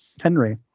Henry